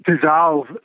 dissolve